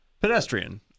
pedestrian